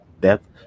depth